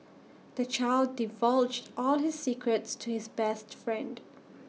the child divulged all his secrets to his best friend